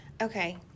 Okay